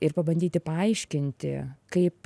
ir pabandyti paaiškinti kaip